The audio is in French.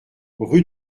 rue